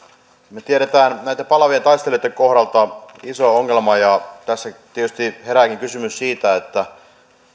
me tiedämme että näitten palaavien taistelijoitten kohdalta on iso ongelma ja tässä tietysti herääkin kysymys siitä